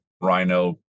rhino